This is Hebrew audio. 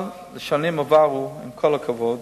בשנים עברו ועדת הסל, עם כל הכבוד,